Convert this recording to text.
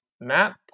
Matt